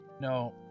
No